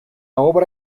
obra